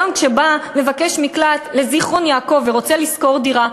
היום כשבא מבקש מקלט לזיכרון-יעקב ורוצה לשכור דירה,